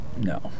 No